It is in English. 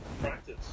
practice